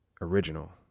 Original